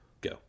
go